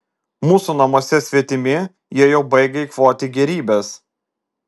mūsų namuose svetimi jie jau baigia eikvoti gėrybes